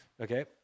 okay